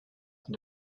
and